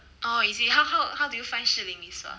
oh is it how how how do you find 士林 mee sua